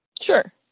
Sure